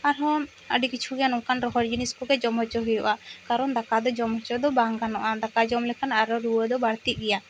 ᱟᱨᱦᱚᱸ ᱟᱹᱰᱤ ᱠᱤᱪᱷᱩ ᱜᱮ ᱱᱚᱝᱠᱟᱱ ᱨᱚᱦᱚᱲ ᱡᱤᱱᱤᱥ ᱠᱚᱜᱮ ᱡᱚᱢ ᱦᱚᱪᱚ ᱦᱩᱭᱩᱜᱼᱟ ᱠᱟᱨᱚᱱ ᱫᱟᱠᱟ ᱫᱚ ᱡᱚᱢ ᱦᱚᱪᱚ ᱫᱚ ᱵᱟᱝ ᱜᱟᱱᱚᱜᱼᱟ ᱫᱟᱞᱟ ᱡᱚᱢ ᱞᱮᱠᱷᱟᱱ ᱟᱨᱚ ᱨᱩᱣᱟ ᱫᱚ ᱵᱟᱹᱲᱛᱤᱜ ᱜᱮᱭᱟ